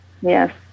Yes